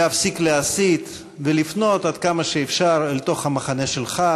להפסיק להסית ולפנות עד כמה שאפשר אל תוך המחנה שלךָ,